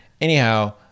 anyhow